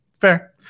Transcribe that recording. Fair